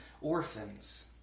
orphans